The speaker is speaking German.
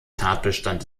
tatbestand